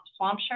Swampshire